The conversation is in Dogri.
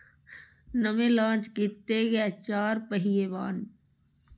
नमें लान्च कीते गे चार पेहिया बाह्न